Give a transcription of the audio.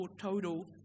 total